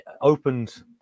opened